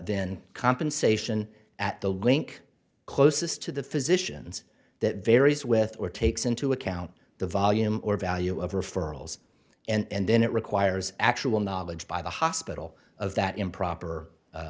in compensation at the link closest to the physicians that varies with or takes into account the volume or value of referrals and then it requires actual knowledge by the hospital of that improper